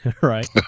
Right